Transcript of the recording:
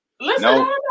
Listen